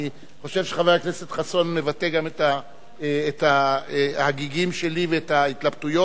אני חושב שחבר הכנסת חסון מבטא גם את ההגיגים שלי ואת ההתלבטויות,